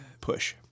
push